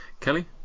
Kelly